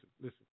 listen